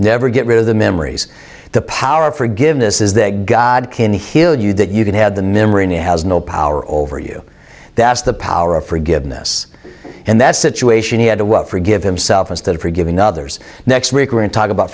never get rid of the memories the power of forgiveness is that god can heal you that you can have the memory now has no power over you that's the power of forgiveness and that situation he had to won't forgive himself instead of forgiving others next recreant talk about